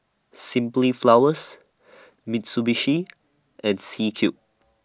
Simply Flowers Mitsubishi and C Cube